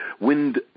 wind